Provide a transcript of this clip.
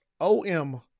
OM